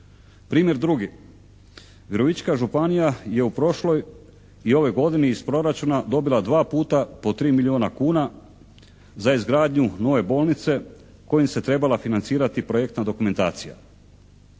Primjer drugi. Virovitička županija je u prošloj i ovoj godini iz proračuna dobila 2 puta po 3 milijuna kuna za izgradnju nove bolnice kojim se trebala financirati projektna dokumentacija.